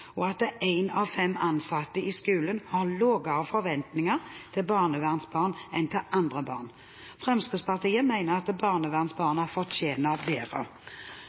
og at én av fem ansatte i skolen har lavere forventninger til barnevernsbarn enn til andre barn. Fremskrittspartiet mener at barnevernsbarna fortjener bedre.